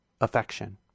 affection